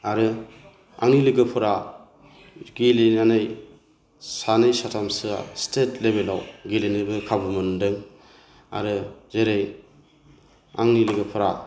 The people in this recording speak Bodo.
आरो आंनि लोगोफोरा गेलेनानै सानै साथामसोआ स्टेट लेबेलाव गेलेनोबो खाबु मोनदों आरो जेरै आंनि लोगोफोरा